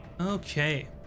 okay